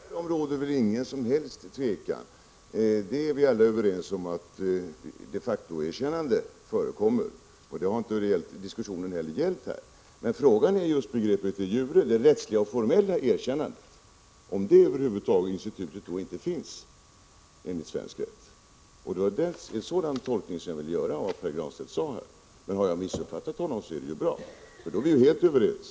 Herr talman! Därom råder väl inga som helst tvivel. Vi är alla överens om att de facto-erkännanden förekommer. Det har inte debatten heller gällt. Frågan är just om institutet de jure, det rättsliga och formella erkännandet, över huvud taget inte finns enligt svensk rätt. Det var en sådan tolkning jag ville göra av det Pär Granstedt sade. Men har jag missuppfattat honom är det bra, då är vi helt överens.